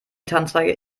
tannenzweige